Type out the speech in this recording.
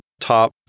top